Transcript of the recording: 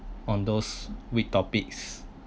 on those weak topics